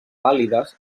pàl·lides